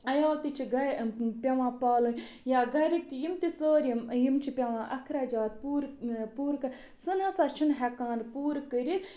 عیال تہِ چھِ گَرِ پٮ۪وان پالٕنۍ یا گَرِکۍ تہِ یِم تہِ سٲری یِم یِم چھِ پٮ۪وان اَخراجات پوٗرٕ پوٗرٕ تہٕ سُہ نَہ سا چھُنہٕ ہٮ۪کان پوٗرٕ کٔرِتھ